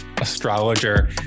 astrologer